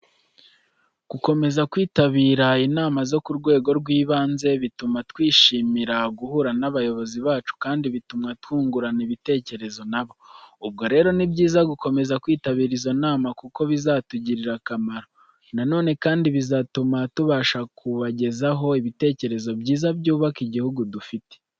Gukomeza kwitabira inama zo ku rwego rw'ibanze, bituma twishimira guhura n'abayobozi bacu kandi bituma twungurana ibitekerezo na bo. Ubwo rero ni byiza gukomeza kwitabira izo nama kuko bizatugirira akamaro. Na none kandi bizatuma tubasha kubagezaho ibitekerezo byiza by'ubaka igihugu dufite.